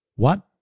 what?